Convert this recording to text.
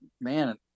man